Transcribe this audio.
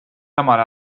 samal